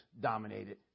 dominated